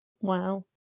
Wow